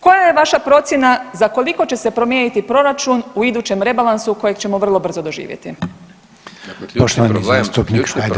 Koja je vaša procjena, za koliko će se promijeniti proračun u idućem rebalansu, kojeg ćemo vrlo brzo doživjeti?